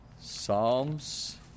Psalms